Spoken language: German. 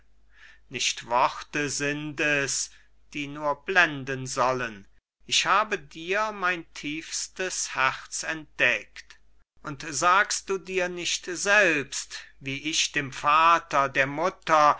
nicht worte sind es die nur blenden sollen ich habe dir mein tiefstes herz entdeckt und sagst du dir nicht selbst wie ich dem vater der mutter